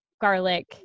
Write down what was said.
garlic